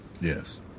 Yes